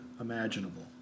imaginable